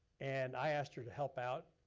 and i asked her to help out.